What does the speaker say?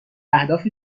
اهداف